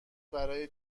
برای